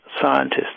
scientists